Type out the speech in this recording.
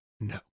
No